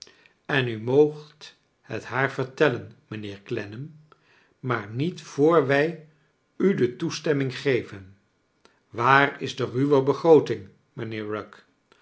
en u moogt het haar vertellen mijnheer clennam maar niet voor wij xi de toestemming geven waar is de ruwe begrooting mijnheer rugg